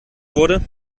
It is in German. wurde